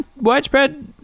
widespread